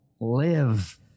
Live